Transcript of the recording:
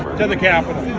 to the capitol.